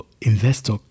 investor